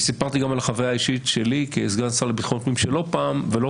וסיפרתי גם על החוויה האישית שלי כסגן השר לביטחון פנים שלא פעם ולא